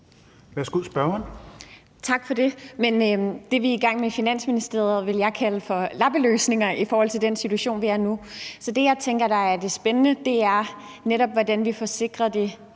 Velasquez (EL): Tak for det. Men det, vi er i gang med i Finansministeriet, vil jeg kalde for lappeløsninger i forhold til den situation, vi er i nu. Så det, jeg tænker der er det spændende, er netop, hvordan vi får sikret det